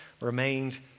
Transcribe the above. remained